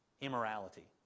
Immorality